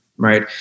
right